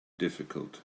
difficult